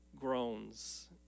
groans